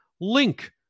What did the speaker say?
link